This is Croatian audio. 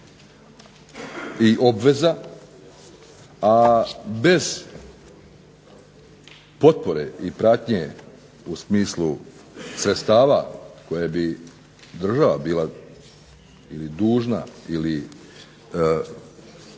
i obveza, a bez potpore i pratnje u smislu sredstava koje bi država bila ili dužna ili